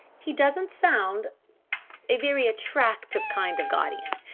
he doesn't sound a very attractive kind of guardian.